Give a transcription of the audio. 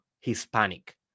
Hispanic